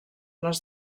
les